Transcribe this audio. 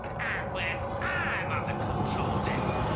and when i'm on the control deck,